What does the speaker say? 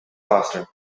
faster